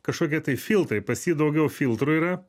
kažkokie tai filtrai pas jį daugiau filtrų yra